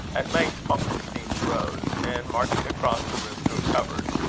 at length funkelstein rose, and, marching across the room to a cupboard,